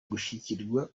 gushakirwa